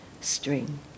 string